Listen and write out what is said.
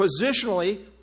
positionally